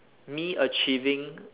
me achieving